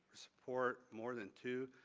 support more than two,